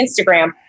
Instagram